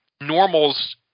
normals